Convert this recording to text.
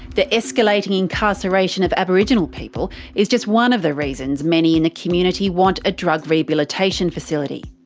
the escalating incarceration of aboriginal people is just one of the reasons many in the community want a drug rehabilitation facility.